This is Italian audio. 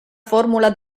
formula